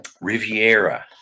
riviera